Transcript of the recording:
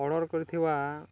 order କରିଥିବା